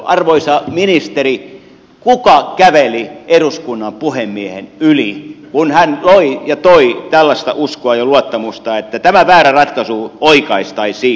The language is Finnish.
arvoisa ministeri kuka käveli eduskunnan puhemiehen yli kun hän loi ja toi tällaista uskoa ja luottamusta että tämä väärä ratkaisu oikaistaisiin